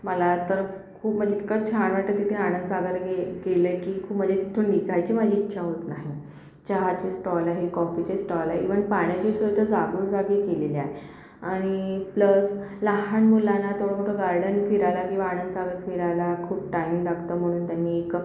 मला तर खूप म्हणजे इतकं छान वाटतं तिथे आनंदसागरला गे गेलं की खूप म्हणजे तिथून निघायची माझी इच्छा होत नाही चहाचे स्टॉल आहे कॉफीचे स्टॉल आहे इव्हन पाण्याची सोय तर जागोजागी केलेली आहे आणि प्लस लहान मुलांना तेवढं मोठं गार्डन फिरायला किंवा आनंदसागर फिरायला खूप टाइम लागतो म्हणून त्यांनी एक